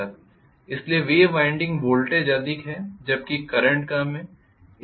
इसलिए wave winding voltage अधिक है जबकि करंट कम है